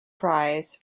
prize